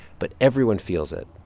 but everyone feels it,